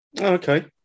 Okay